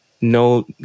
no